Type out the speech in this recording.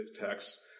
text